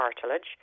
cartilage